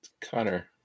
Connor